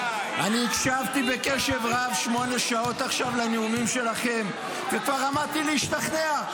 אני הקשבתי בקשב רב שמונה שעות עכשיו לנאומים שלכם וכבר עמדתי להשתכנע.